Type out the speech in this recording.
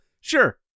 sure